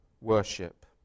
worship